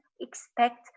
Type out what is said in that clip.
expect